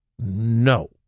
No